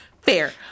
fair